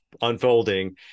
unfolding